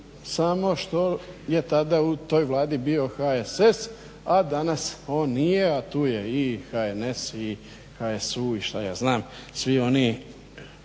samo što je tada u toj Vladi bio HSS, a danas on nije, a tu je i HNS i HSU i što ja znam. Svi oni